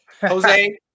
Jose